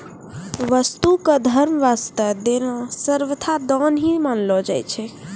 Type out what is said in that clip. वस्तु क धर्म वास्तअ देना सर्वथा दान ही मानलो जाय छै